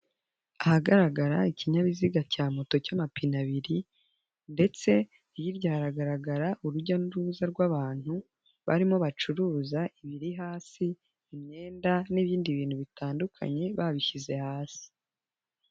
Ahagaragara ikinyabiziga cya moto cy'amapine abiri ndetse hirya haragaragara urujya n'uruza rw'abantu, barimo bacuruza ibiri hasi, imyenda n'ibindi bintu bitandukanye babishyize hasi.